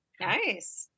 nice